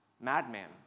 madman